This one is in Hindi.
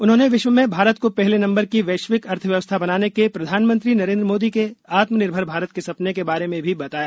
उन्होंने विश्व में भारत को पहले नंबर की वैश्विक अर्थव्यवस्था बनाने के प्रधानमंत्री नरेंद्र मोदी के आत्मनिर्भर भारत के सपने के बारे में भी बताया